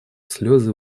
слезы